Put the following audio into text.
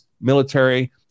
military